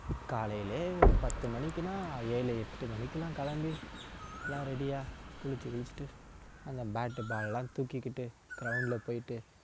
காலையிலே ஒரு பத்து மணிக்கின்னா ஏழு எட்டு மணிக்கிலாம் கிளம்பி எல்லாம் ரெடியாக குளிச்சு கிளிச்சுட்டு அந்த பேட்டு பாலெல்லாம் தூக்கிக்கிட்டு க்ரௌண்ட் போயிட்டு